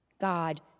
God